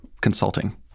consulting